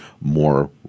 more